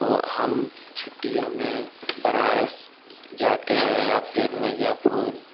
तो हम छुट्टियों में बनारस जाते हैं या फिर मिर्ज़ापुर